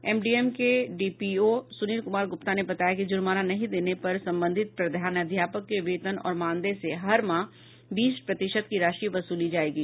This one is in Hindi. एमडीएम के डीपीओ सुनील कुमार गुप्ता ने बताया कि जुर्माना नहीं देने पर संबंधित प्रधानाध्यापक के वेतन और मानदेय से हर माह बीस प्रतिशत की राशि वसूली जायेगी